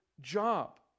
job